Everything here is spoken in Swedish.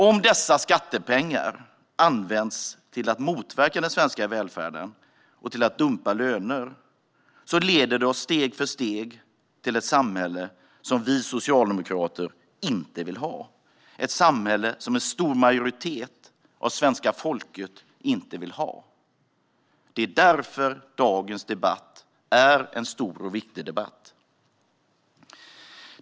Om dessa skattepengar används till att motverka den svenska välfärden och till att dumpa löner leder det oss steg för steg till ett samhälle som vi socialdemokrater inte vill ha. Det är ett samhälle som en stor majoritet av det svenska folket inte vill ha. Det är därför dagens debatt är stor och viktig.